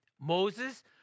Moses